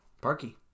Parky